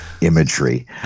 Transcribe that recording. imagery